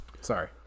Sorry